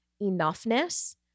enoughness